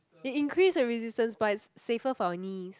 it increase the resistance but it's safer for our knees